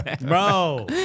bro